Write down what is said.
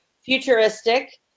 futuristic